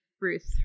Ruth